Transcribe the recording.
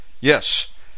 Yes